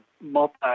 multi